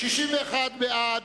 61 בעד,